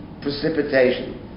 precipitation